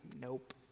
nope